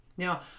Now